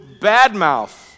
badmouth